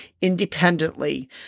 independently